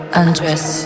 undress